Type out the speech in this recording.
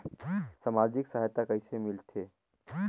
समाजिक सहायता कइसे मिलथे?